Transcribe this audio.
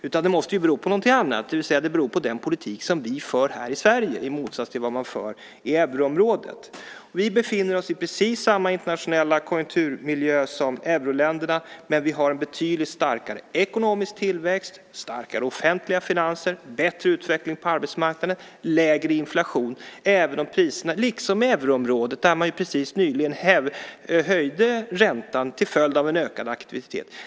Det måste i stället bero på någonting annat, det vill säga att det beror på den politik som vi för här i Sverige i motsats till den man för i euroområdet. Vi befinner oss i precis samma internationella konjunkturmiljö som euroländerna, men vi har en betydligt starkare ekonomisk tillväxt, starkare offentliga finanser, bättre utveckling på arbetsmarknaden och lägre inflation, även om priserna ökat liksom de gjort på euroområdet där man precis nyligen höjde räntan till följd av en ökad aktivitet.